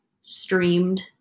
streamed